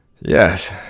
Yes